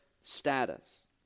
status